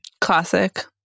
Classic